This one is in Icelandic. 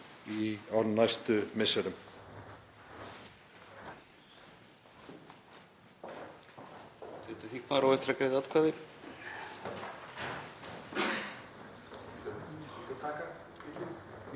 í á næstu misserum.